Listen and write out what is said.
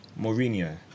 Mourinho